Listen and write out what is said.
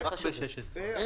רק ב-2016.